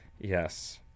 yes